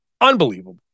unbelievable